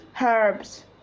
Herbs